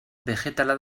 begetala